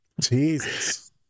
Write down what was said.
Jesus